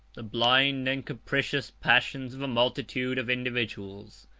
the blind and capricious passions of a multitude of individuals.